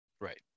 Right